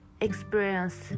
experience